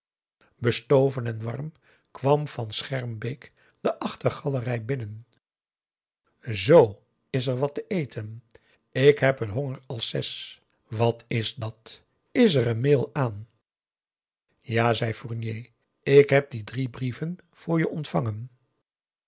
bestoven en warm kwam van schermbeek de achtergalerij binnen zoo is er wat te eten ik heb n honger als zes wat is dat is er een mail aan ja zei fournier ik heb die drie brieven voor je ontvangen